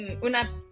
una